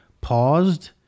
paused